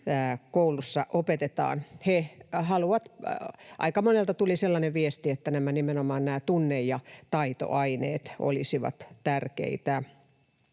koulussa opetetaan. Aika monelta tuli sellainen viesti, että nimenomaan nämä tunne- ja taitoaineet olisivat tärkeitä.